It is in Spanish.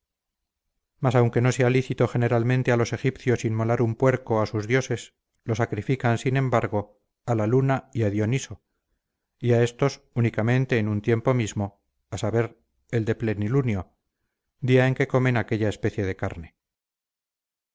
mas aunque no sea lícito generalmente a los egipcios inmolar un puerco a sus dioses lo sacrifican sin embargo a la luna y a dioniso y a estos únicamente en un tiempo mismo a saber el de plenilunio día en que comen aquella especie de carne